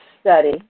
study